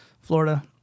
Florida